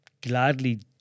gladly